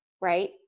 right